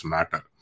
Matter